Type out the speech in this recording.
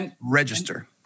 register